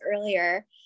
earlier